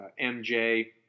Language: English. MJ